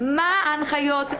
מה ההנחיות,